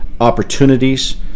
opportunities